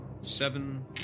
Seven